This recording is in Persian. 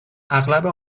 اغلب